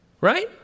right